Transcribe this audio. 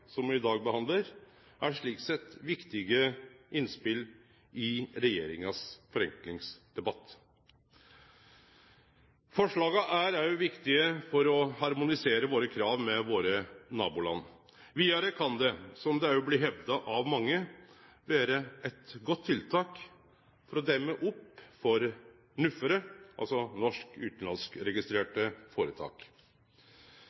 som me i dag behandlar, er slik sett viktige innspel i regjeringas forenklingsdebatt. Forslaga er også viktige for å harmonisere våre krav med våre naboland sine. Vidare kan det, som det også blir hevda av mange, vere eit godt tiltak for å demme opp for NUF – altså